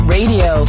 Radio